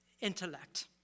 intellect